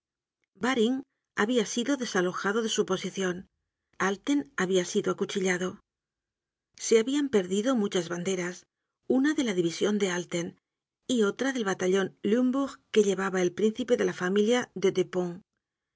baring habia sido desalojado de su posicion alten habia sido acuchillado se habian perdido muchas banderas una de la division de alten y otra del batallon lunebourg que llevaba el príncipe de la familia de